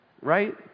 right